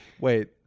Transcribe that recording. Wait